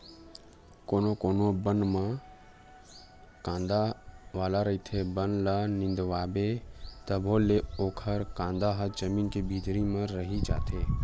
कोनो कोनो बन मन ह कांदा वाला रहिथे, बन ल निंदवाबे तभो ले ओखर कांदा ह जमीन के भीतरी म रहि जाथे